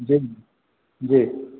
जी जी